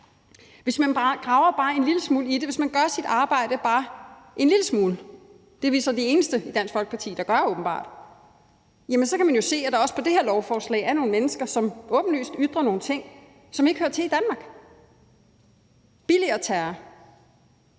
Hvis man graver bare en lille smule i det og gør sit arbejde bare en lille smule – det er vi i Dansk Folkeparti så åbenbart de eneste der gør – så kan man jo se, at der også på det her lovforslag er nogle mennesker, som åbenlyst ytrer nogle ting, som ikke hører til i Danmark; de billiger terror